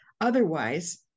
otherwise